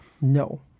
No